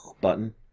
button